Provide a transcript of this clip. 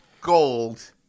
gold